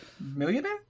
Millionaire